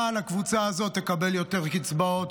אבל הקבוצה הזאת תקבל יותר קצבאות,